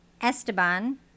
Esteban